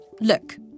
look